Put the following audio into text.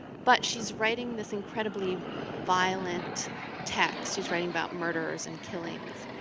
but she's writing this incredibly violent text. she's writing about murderers and killings,